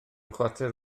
chwarter